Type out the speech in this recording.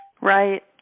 Right